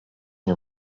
nie